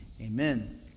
Amen